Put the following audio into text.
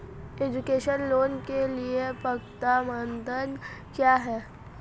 Education loan के लिए पात्रता मानदंड क्या है?